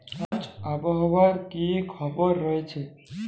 আজ আবহাওয়ার কি খবর রয়েছে?